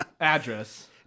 Address